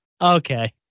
okay